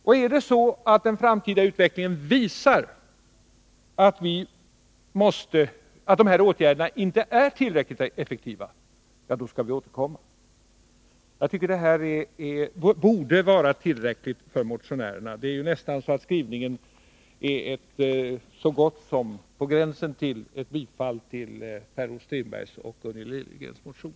Och om den framtida utvecklingen visar att åtgärderna inte är tillräckligt effektiva skall vi återkomma. Detta borde vara tillräckligt för motionärerna. Skrivningen är på gränsen till ett bifall till Per-Olof Strindbergs och Gunnel Liljegrens motion.